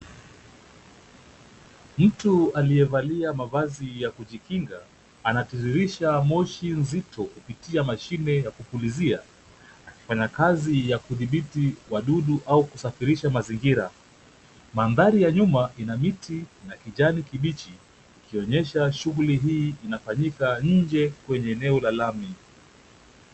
Mtu aliyevalia mavazi ya kujikinga anatiririsha moshi nzito kupitia mashine ya kupulizia. Anafanya kazi ya kudhibiti wadudu au kusafisha mazingira. Mandhari ya nyuma ina miti na kijani kibichi ikionyesha shughuli hii inafanyika nje kwenye eneo la lami.